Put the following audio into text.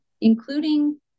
including